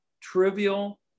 trivial